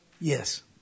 Yes